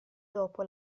dopo